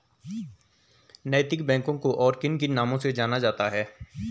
नैतिक बैंकों को और किन किन नामों से जाना जाता है?